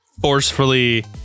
forcefully